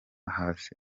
hasi